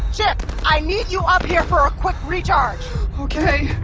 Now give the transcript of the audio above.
chip, i need you up here for a quick recharge okay